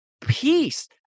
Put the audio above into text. peace